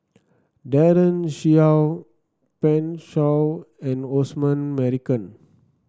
Daren Shiau Pan Shou and Osman Merican